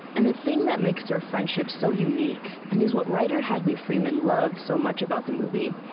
and the thing that makes their friendship so unique and is what writer hadley freeman loves so much about the movie